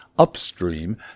upstream